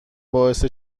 باعث